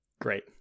Great